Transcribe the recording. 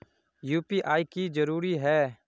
UPI की जरूरी है?